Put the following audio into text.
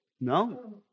No